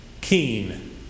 keen